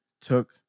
took